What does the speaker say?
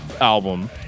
album